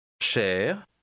Cher